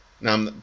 Now